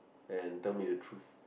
and tell me the truth